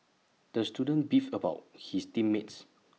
the student beefed about his team mates